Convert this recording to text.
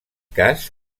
cas